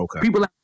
people